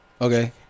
Okay